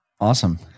Awesome